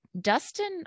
Dustin